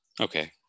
Okay